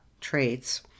traits